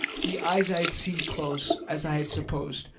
the eyes i had seen close, as i had supposed,